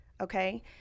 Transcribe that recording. Okay